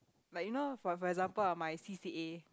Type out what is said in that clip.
like you know for for example ah my C_C_A